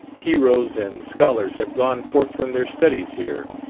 heroes and scholars have gone forth from their studies here,